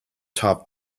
topped